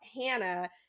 hannah